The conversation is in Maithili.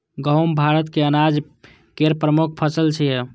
गहूम भारतक अनाज केर प्रमुख फसल छियै